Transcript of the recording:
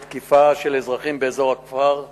תקיפה של אזרחים באזור הכפר סילואן.